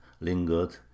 lingered